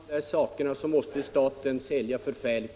Herr talman! För att klara av allt detta måste staten sälja förfärligt